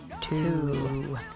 two